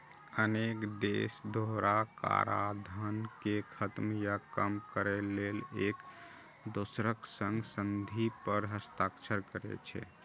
अनेक देश दोहरा कराधान कें खत्म या कम करै लेल एक दोसरक संग संधि पर हस्ताक्षर करै छै